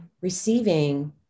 receiving